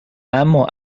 اما